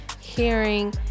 hearing